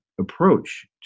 approach